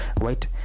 right